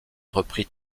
reprit